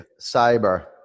cyber